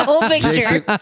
Jason